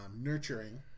nurturing